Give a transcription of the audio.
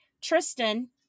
Tristan